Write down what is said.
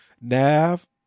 Nav